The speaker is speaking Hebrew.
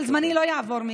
אבל זמני לא יעבור,